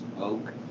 oak